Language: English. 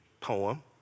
poem